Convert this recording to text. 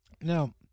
Now